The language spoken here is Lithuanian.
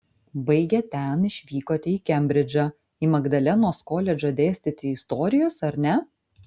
baigę ten išvykote į kembridžą į magdalenos koledžą dėstyti istorijos ar ne